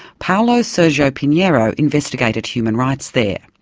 paulo sergio pinherio investigated human rights there.